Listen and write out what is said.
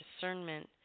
discernment